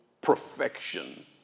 Perfection